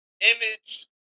image